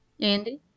Andy